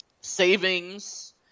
savings